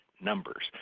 numbers